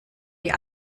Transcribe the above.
die